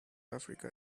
africa